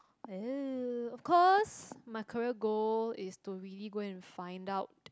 oh of course my career goal is to really go and find out